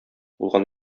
булган